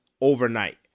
overnight